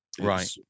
right